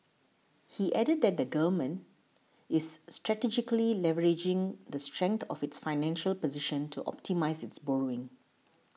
he added that the Government is strategically leveraging the strength of its financial position to optimise its borrowing